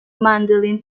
mandolin